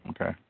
Okay